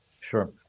Sure